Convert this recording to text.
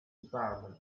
department